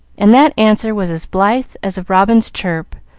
and that answer was as blithe as a robin's chirp,